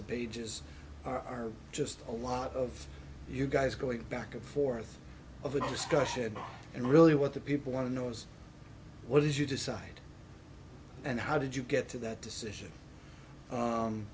pages are just a lot of you guys going back and forth of a discussion and really what the people want to know is what is you decide and how did you get to that decision